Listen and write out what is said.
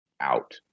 out